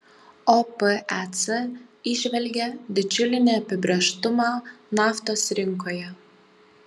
opec įžvelgia didžiulį neapibrėžtumą naftos rinkoje